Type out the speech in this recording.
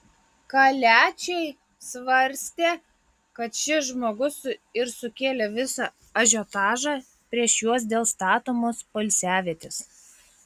kaliačiai svarstė kad šis žmogus ir sukėlė visą ažiotažą prieš juos dėl statomos poilsiavietės